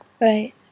Right